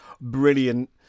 brilliant